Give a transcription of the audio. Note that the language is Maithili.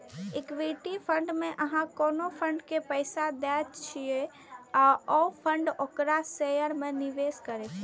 इक्विटी फंड मे अहां कोनो फंड के पैसा दै छियै आ ओ फंड ओकरा शेयर मे निवेश करै छै